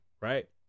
right